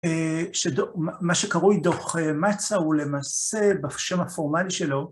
מה שקרוי דו"ח מצא הוא למעשה בשם הפורמלי שלו